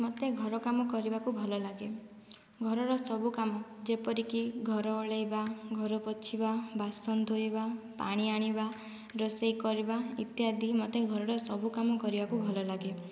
ମୋତେ ଘର କାମ କରିବାକୁ ଭଲ ଲାଗେ ଘରର ସବୁ କାମ ଯେପରିକି ଘର ଓଳାଇବା ଘର ପୋଛିବା ବାସନ ଧୋଇବା ପାଣି ଆଣିବା ରୋଷେଇ କରିବା ଇତ୍ୟାଦି ମୋତେ ଘରର ସବୁ କାମ କରିବାକୁ ଭଲ ଲାଗେ